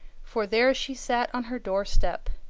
for there she sat on her doorstep.